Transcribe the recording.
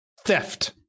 theft